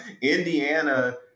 Indiana